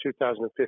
2015